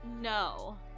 no